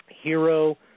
Hero